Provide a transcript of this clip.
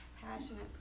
passionate